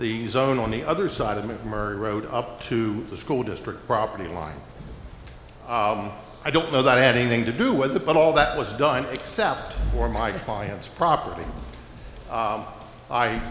the zone on the other side of murray road up to the school district property line i don't know that had anything to do with it but all that was done except for my client's property